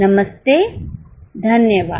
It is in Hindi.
नमस्ते धन्यवाद